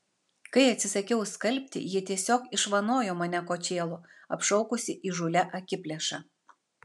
kai atsisakiau skalbti ji tiesiog išvanojo mane kočėlu apšaukusi įžūlia akiplėša